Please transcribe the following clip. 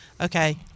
okay